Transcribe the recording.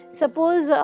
suppose